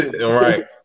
Right